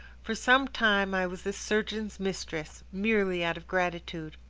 for some time i was this surgeon's mistress, merely out of gratitude.